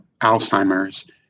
alzheimer's